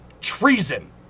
Treason